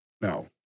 Now